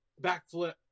backflip